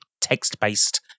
text-based